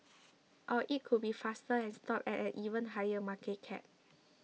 or it could be faster and stop at an even higher market cap